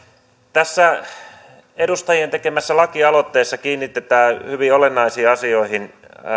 tässä edustajien tekemässä lakialoitteessa kiinnitetään hyvin olennaisiin asioihin